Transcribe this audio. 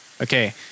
Okay